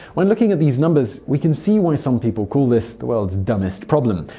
when looking at these numbers, we can see why some people call this the world's dumbest problem.